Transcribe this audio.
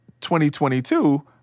2022